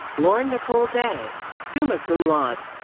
lauren nicole day, summa cum laude.